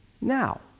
now